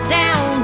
down